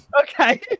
okay